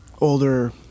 older